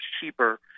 cheaper